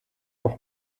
auch